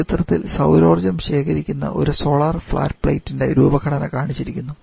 ഈ ചിത്രത്തിൽ സൌരോർജ്ജം ശേഖരിക്കുന്ന ഒരു സോളാർ ഫ്ലാറ്റ് പ്ലേറ്റിന്റെ രൂപഘടന കാണിച്ചിരിക്കുന്നു